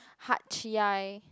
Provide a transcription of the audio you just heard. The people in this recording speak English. Hatyai